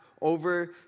over